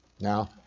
Now